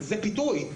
זה פיתוי.